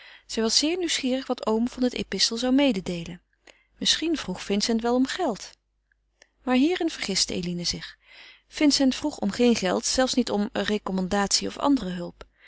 zij was zeer nieuwsgierig wat oom van het epistel zou mededeelen misschien vroeg vincent wel om geld maar hierin vergiste eline zich vincent vroeg om geen geld zelfs niet om recommandatie of andere hulp